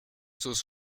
sus